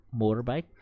motorbike